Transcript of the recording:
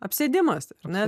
apsėdimas ar ne